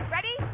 Ready